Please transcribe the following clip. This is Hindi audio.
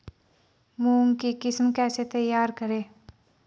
मूंग की किस्म कैसे तैयार करें?